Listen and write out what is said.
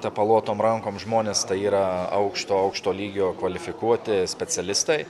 tepaluotom rankom žmonės tai yra aukšto aukšto lygio kvalifikuoti specialistai